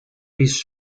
his